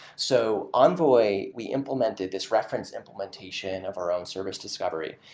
so envoy, we implemented this reference implementation of our own service discovery,